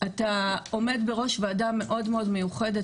אתה עומד בראש ועדה מאוד-מאוד מיוחדת.